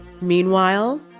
Meanwhile